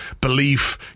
belief